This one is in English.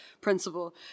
principle